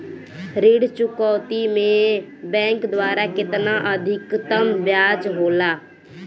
ऋण चुकौती में बैंक द्वारा केतना अधीक्तम ब्याज होला?